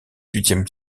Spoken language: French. huitième